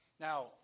Now